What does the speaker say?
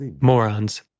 morons